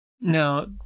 Now